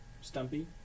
Stumpy